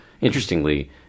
Interestingly